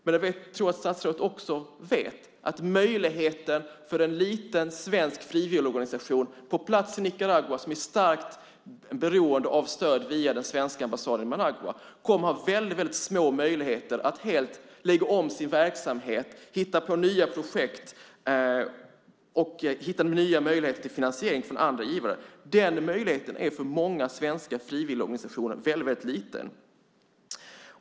Men jag tror att statsrådet också vet att en liten svensk frivilligorganisation på plats i Nicaragua som är starkt beroende av stöd via den svenska ambassaden i Managua kommer att ha små möjligheter att helt lägga om sin verksamhet, hitta på nya projekt och hitta nya möjligheter till finansiering från andra givare. Den möjligheten är för många svenska frivilligorganisationer väldigt liten.